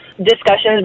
discussions